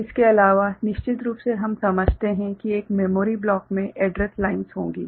और इसके अलावा निश्चित रूप से हम समझते हैं कि एक मेमोरी ब्लॉक में एड्रेस लाइन्स होंगी